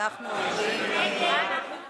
ואנחנו עוברים להצבעה